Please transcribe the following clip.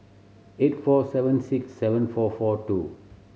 eight four seven six seven four four two